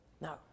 No